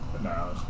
no